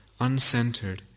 Uncentered